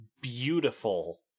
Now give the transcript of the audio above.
beautiful